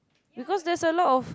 because there's a lot of